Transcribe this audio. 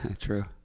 True